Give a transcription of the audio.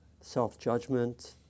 self-judgment